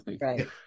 right